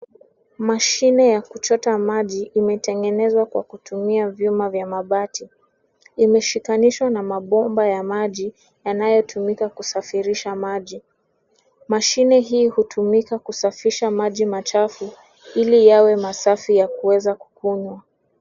Mashine ya kuchota maji, imetengenezwa kwa kutumia vyuma vya mabati. Imeshikanishwa na mabomba ya maji, yanayotumika kusafirisha maji. Mashine hii hutumika kusafisha maji machafu, ili yawe masafi ya kuweza kukunywa.